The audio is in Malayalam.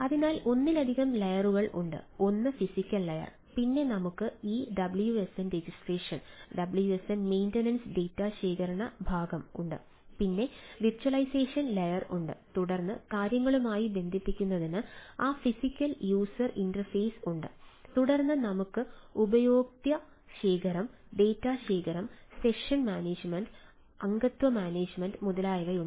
അതിനാൽ ഒന്നിലധികം ലെയറുകൾ ഉണ്ട് ഒന്ന് ഫിസിക്കൽ ലെയർ പിന്നെ നമുക്ക് ഈ WSN registration WSN maintenance data ശേഖരണ ഭാഗം ഉണ്ട് പിന്നെ വിർച്വലൈസേഷൻ ലെയർ ഉണ്ട് തുടർന്ന് കാര്യങ്ങളുമായി ബന്ധിപ്പിക്കുന്നതിന് ആ ഫിസിക്കൽ യൂസർ ഇന്റർഫേസ് ഉണ്ട് തുടർന്ന് നമുക്ക് ഉപയോക്തൃ ശേഖരം ഡാറ്റാ ശേഖരം സെഷൻ മാനേജുമെന്റ് അംഗത്വ മാനേജുമെന്റ് മുതലായവ ഉണ്ട്